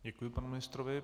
Děkuji panu ministrovi.